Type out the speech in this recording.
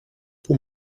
που